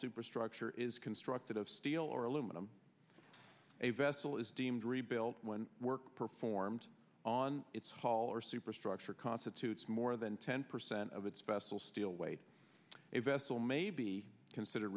superstructure is constructed of steel or aluminum a vessel is deemed rebuilt when work performed on its haul or superstructure constitutes more than ten percent of its vessel steel weight a vessel may be consider